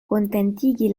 kontentigi